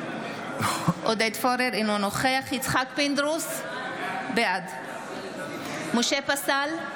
אינו נוכח יצחק פינדרוס, בעד משה פסל,